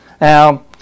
Now